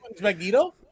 Magneto